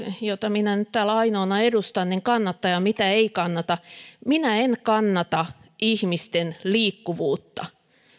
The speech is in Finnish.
jota minä nyt täällä ainoana edustan kannattaa ja mitä ei kannata minä en kannata ihmisten liikkuvuutta